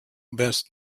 best